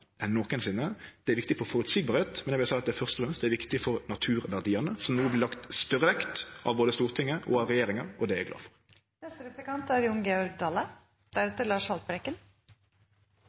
enn nokosinne. Det er viktig for å vere føreseieleg, men det er først og fremst viktig for naturverdiane som no vert tillagde større vekt av både Stortinget og regjeringa, og det er eg glad